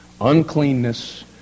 uncleanness